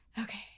okay